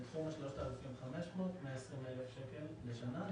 בתחום ה-3,500 120,000 לשנה.